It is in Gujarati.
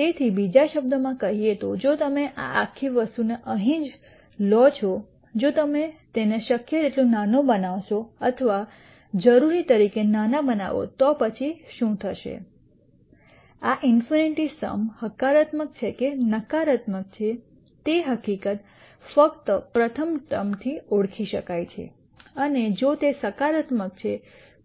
તેથી બીજા શબ્દોમાં કહીએ તો જો તમે આ આખી વસ્તુને અહીં જ લો છો જો તમે તેને શક્ય તેટલું નાનું બનાવશો અથવા જરૂરી તરીકે નાના બનાવો તો પછી શું થશે આ ઈન્ફિનિટ સમ હકારાત્મક છે કે નકારાત્મક છે તે હકીકત ફક્ત પ્રથમ ટર્મ થી ઓળખી શકાય છે અને જો તે સકારાત્મક છે